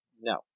No